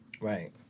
Right